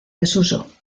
desuso